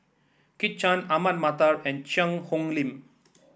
Kit Chan Ahmad Mattar and Cheang Hong Lim